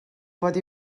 pot